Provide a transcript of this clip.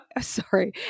sorry